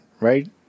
right